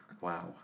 Wow